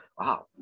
Wow